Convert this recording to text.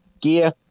gear